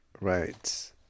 Right